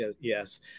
yes